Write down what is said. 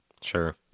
Sure